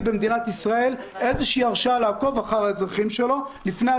במדינת ישראל איזו הרשאה לעקוב אחר האזרחים שלה.